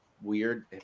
weird